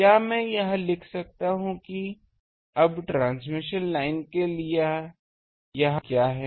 क्या मैं यह लिख सकता हूँ कि अब ट्रांसमिशन लाइन के लिए यह Y2 क्या है